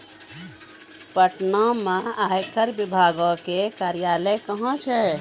पटना मे आयकर विभागो के कार्यालय कहां छै?